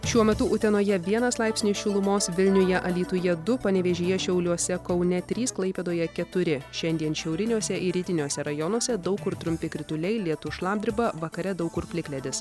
šiuo metu utenoje vienas laipsniai šilumos vilniuje alytuje du panevėžyje šiauliuose kaune trys klaipėdoje keturi šiandien šiauriniuose ir rytiniuose rajonuose daug kur trumpi krituliai lietus šlapdriba vakare daug kur plikledis